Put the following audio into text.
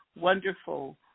wonderful